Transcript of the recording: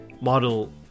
model